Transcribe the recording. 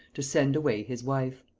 to send away his wife.